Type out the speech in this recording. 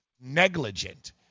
negligent